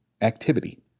activity